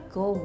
go